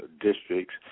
districts